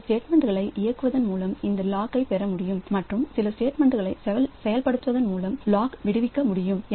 சில ஸ்டேட்மெண்ட் இயக்குவதன் மூலம் அந்த லாக் பெற முடியும் மற்றும் சில ஸ்டேட்மெண்ட் செயல்படுத்துவதன் மூலம் லாக் விடுவிக்க முடியும்